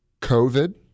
COVID